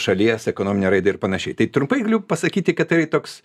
šalies ekonominę raidą ir panašiai tai trumpai galiu pasakyti kad tai toks